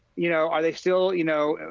you know, are they still you know, and